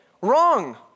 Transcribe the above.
wrong